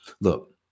look